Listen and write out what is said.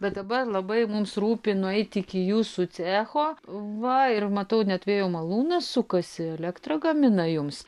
bet dabar labai mums rūpi nueiti iki jūsų cecho va ir matau net vėjo malūnas sukasi elektrą gamina jums